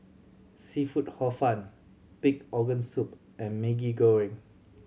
seafood Hor Fun pig organ soup and Maggi Goreng